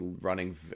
running